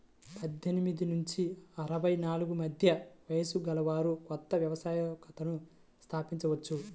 పద్దెనిమిది నుంచి అరవై నాలుగు మధ్య వయస్సు గలవారు కొత్త వ్యవస్థాపకతను స్థాపించవచ్చు